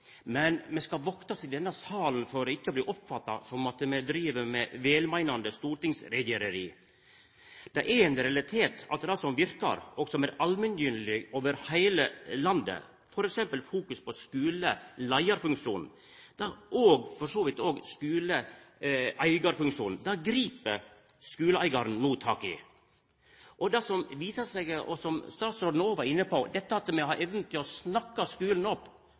men me skal akta oss i denne salen for ikkje å driva med velmeinande stortingsregjereri. Det er ein realitet at det som verkar, og som er allmenngyldig over heile landet, f.eks. fokus på skuleleiarfunksjonen, og for så vidt også skuleeigarfunksjonen, grip no skuleeigar tak i. Statsråden var inne på dette med å snakka skulen opp.